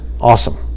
awesome